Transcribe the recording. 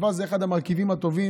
דבש הוא אחד המרכיבים הטובים.